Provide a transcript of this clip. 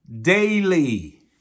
daily